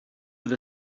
fydd